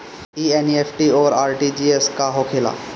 ई एन.ई.एफ.टी और आर.टी.जी.एस का होखे ला?